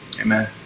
Amen